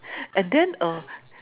and then